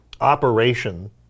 operation